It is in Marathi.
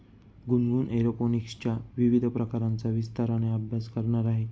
गुनगुन एरोपोनिक्सच्या विविध प्रकारांचा विस्ताराने अभ्यास करणार आहे